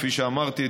כפי שאמרתי,